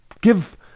give